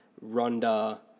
Ronda